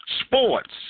sports